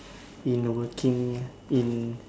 in working in